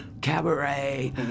Cabaret